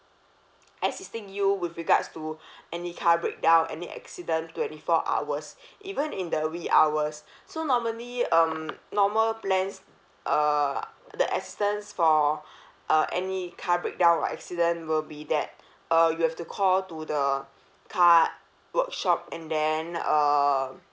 assisting you with regards to any car breakdown any accident twenty four hours even in the wee hours so normally um normal plans uh the assistance for uh any car breakdown or accident will be that uh you have to call to the car workshop and then um